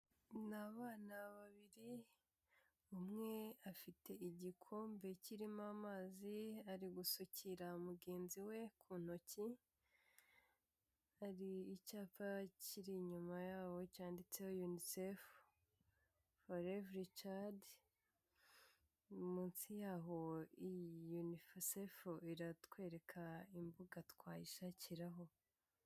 Ni abana babiri, umwe afite igikombe kirimo amazi ari gusukira mugenzi we ku ntoki, hari icyapa kiri inyuma yabo cyanditseho UNICEF foru evuri cadi,, munsi y'aho UNICEF iratwereka imbuga twayishakiraho.